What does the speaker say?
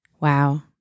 Wow